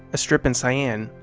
a strip in cyan,